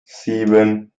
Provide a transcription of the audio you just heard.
sieben